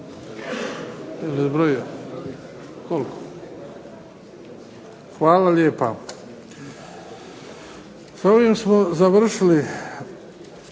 Hvala lijepa. S ovim smo završili